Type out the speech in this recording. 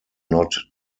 not